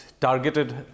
targeted